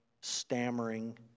stammering